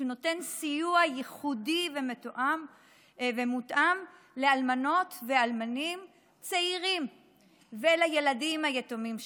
שנותן סיוע ייחודי ומותאם לאלמנות ואלמנים צעירים ולילדים היתומים שלהם.